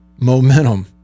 momentum